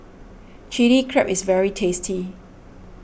Chili Crab is very tasty